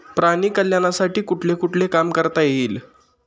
प्राणी कल्याणासाठी कुठले कुठले काम करता येईल?